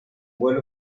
vuelo